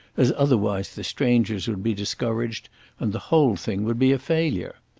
as otherwise the strangers would be discouraged and the whole thing would be a failure.